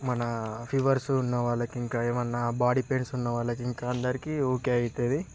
మన ఫీవర్సు ఉన్నవాళ్ళకు ఇంకా ఏమన్నా బాడీ పెయిన్స్ ఉన్నవాళ్ళకు ఇంకా అందరికి ఓకే అవుతుంది